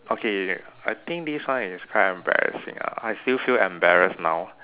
okay I think this one is quite embarrassing ah I still feel embarrassed now